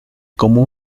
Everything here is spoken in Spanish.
como